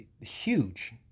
Huge